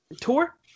tour